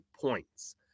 points